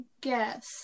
guess